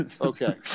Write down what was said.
okay